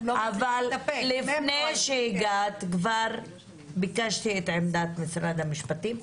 לפני שהגעת כבר ביקשתי את עמדת משרד המשפטים.